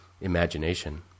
imagination